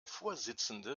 vorsitzende